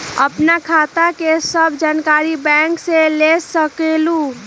आपन खाता के सब जानकारी बैंक से ले सकेलु?